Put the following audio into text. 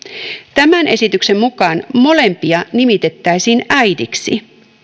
tämän esityksen mukaan molempia nimitettäisiin äidiksi